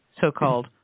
so-called